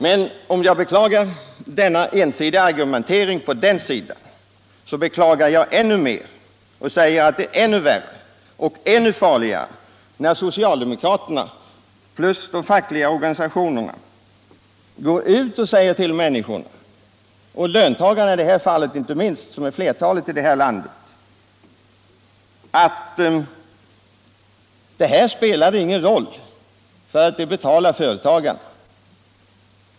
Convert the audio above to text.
Men om jag beklagar denna ensidiga argumentering, så beklagar jag ännu mer och påstår att det är ännu farligare när socialdemokraterna och de fackliga organisationerna går ut till människorna — i det här fallet löntagarna — och påstår att ökade arbetsgivaravgifter inte spelar någon roll därför att de betalas av företagarna.